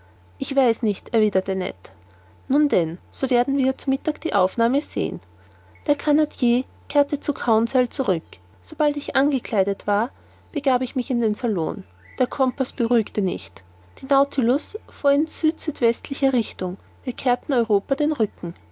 ich weiß nicht erwiderte ned nun denn so werden wir zu mittag die aufnahme sehen der canadier kehrte zu conseil zurück sobald ich angekleidet war begab ich mich in den salon der compaß beruhigte nicht der nautilus fuhr in süd süd westlicher richtung wir kehrten europa den rücken